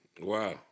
Wow